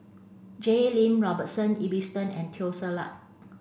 Jay Lim Robert Ibbetson and Teo Ser Luck